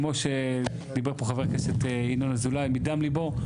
כמו שדיבר פה חבר הכנסת ינון אזולאי מדם ליבו,